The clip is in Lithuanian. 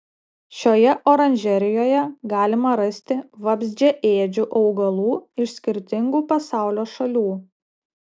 šioje oranžerijoje galima rasti vabzdžiaėdžių augalų iš skirtingų pasaulio šalių